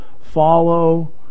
follow